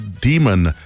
Demon